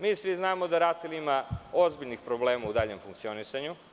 Mi svi znamo da RATEL ima ozbiljnih problema u daljem funkcionisanju.